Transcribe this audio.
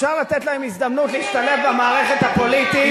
אפשר לתת להם הזדמנות להשתלב במערכת הפוליטית,